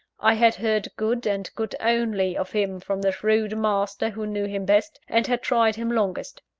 i had heard good, and good only, of him from the shrewd master who knew him best, and had tried him longest.